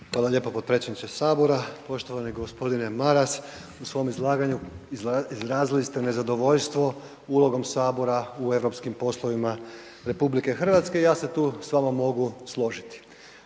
Hvala lijepo potpredsjedniče sabora. Poštovani gospodine Maras u svom izlaganju izrazili ste nezadovoljstvo ulogom sabora u europskim poslovima RH i ja se tu s vama mogu složiti.